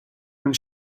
and